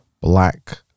black